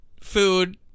food